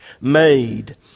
made